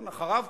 ולאחריו,